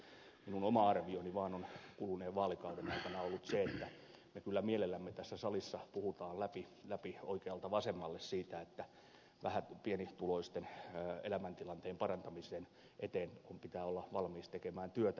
minun oma arvioni vaan on kuluneen vaalikauden aikana ollut se että me kyllä mielellämme tässä salissa puhumme läpi oikealta vasemmalle siitä että pienituloisten elämäntilanteen parantamisen eteen pitää olla valmis tekemään työtä